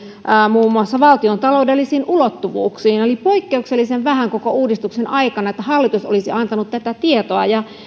muun muassa valtiontaloudellisiin ulottuvuuksiin eli poikkeuksellisen vähän koko uudistuksen aikana hallitus olisi antanut tätä tietoa ja